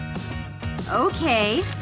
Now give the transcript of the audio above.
okay,